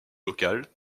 local